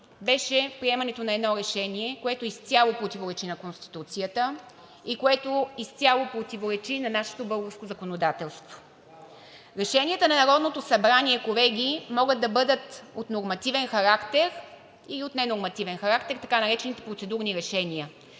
беше приемането на едно решение, което изцяло противоречи на Конституцията и което изцяло противоречи на нашето българско законодателство. Решенията на Народното събрание, колеги, могат да бъдат от нормативен характер и от ненормативен характер, така наречените процедурни решения.